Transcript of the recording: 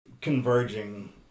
converging